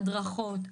הדרכות,